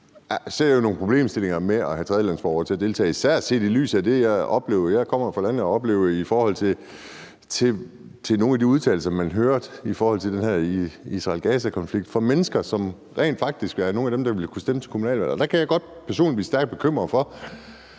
ser jeg nogle problemstillinger med at have tredjelandsborgere til at deltage, især set i lyset af det, jeg oplever. Jeg kommer fra landet og har oplevet noget i forhold til nogle af de udtalelser, man hørte i forbindelse med den her Israel-Gaza-konflikt, fra mennesker, som rent faktisk ville være nogen af dem, der ville kunne stemme til kommunalvalget. Der kan jeg godt personligt blive stærkt bekymret for